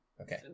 Okay